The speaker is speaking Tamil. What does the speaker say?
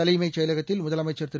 தலைமைச் செயலகத்தில் முதலமைச்சர் திரு